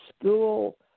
school